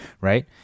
Right